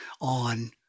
on